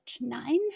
nine